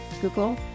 Google